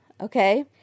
okay